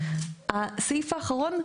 הסעיף האחרון,